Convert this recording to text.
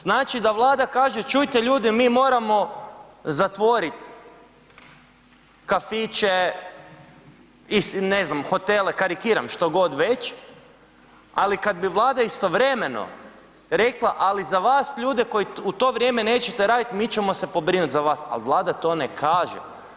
Znači, da Vlada kaže čujte ljudi mi moramo zatvorit kafiće i ne znam, hotele, karikiram, što god već, ali kad bi Vlada istovremeno rekla ali za vas ljude koji u to vrijeme nećete radit mi ćemo se pobrinut za vas, al Vlada to ne kaže.